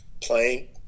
playing